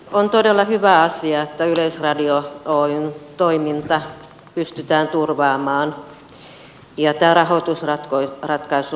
on todella hyvä asia että yleisradio oyn toiminta pystytään turvaamaan ja tämä rahoitusratkaisu oli erittäin hyvä